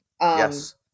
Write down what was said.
Yes